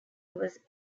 was